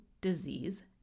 disease